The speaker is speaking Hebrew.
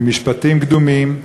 ממשפטים קדומים,